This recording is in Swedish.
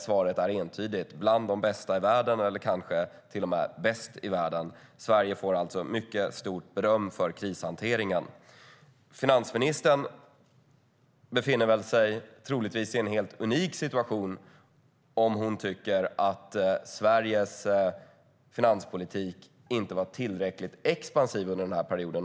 Svaret är entydigt: Sverige var bland de bästa i världen, eller kanske till och med bäst i världen. Sverige får alltså mycket beröm för krishanteringen. Finansministern befinner sig troligtvis i en helt unik situation om hon tycker att Sveriges finanspolitik inte var tillräckligt expansiv under den här perioden.